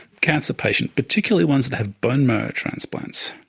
cancer patients, particularly ones that have bone marrow transplants,